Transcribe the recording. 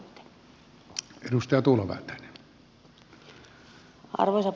arvoisa puhemies